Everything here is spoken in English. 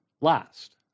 last